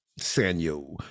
Sanyo